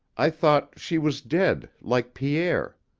i thought she was dead like pierre.